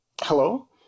Hello